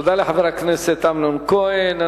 תודה לחבר הכנסת אמנון כהן.